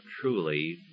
truly